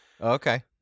Okay